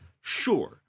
sure